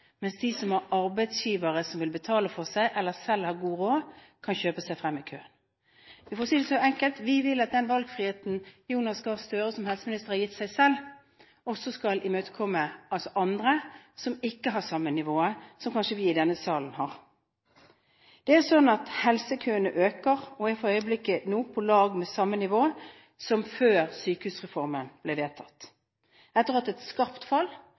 mens de som har arbeidsgivere som vil betale for seg, eller som selv har god råd, kan kjøpe seg frem i køen. For å si det enkelt: Vi vil at den valgfriheten Jonas Gahr Støre som helseminister har gitt seg selv, også skal imøtekomme andre som kanskje ikke har samme nivået som vi i denne salen har. Det er sånn at helsekøene øker, og de er for øyeblikket om lag på samme nivå som før sykehusreformen ble vedtatt. Etter å ha hatt et skarpt fall,